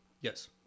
Yes